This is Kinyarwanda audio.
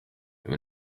ibi